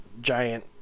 giant